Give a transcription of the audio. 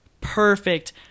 perfect